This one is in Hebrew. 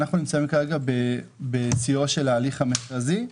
אנחנו נמצאים כרגע בשיאו של הליך מכרזי.